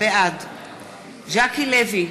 בעד ז'קי לוי,